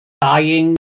dying